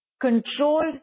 controlled